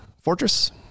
Fortress